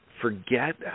forget